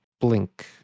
blink